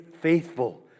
faithful